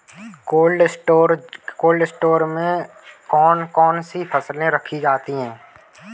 Cold storage में कौन कौन सी फसलें रखी जाती हैं?